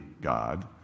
God